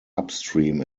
upstream